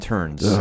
Turns